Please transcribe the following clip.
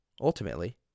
ultimately